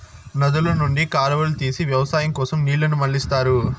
నదుల నుండి కాలువలు తీసి వ్యవసాయం కోసం నీళ్ళను మళ్ళిస్తారు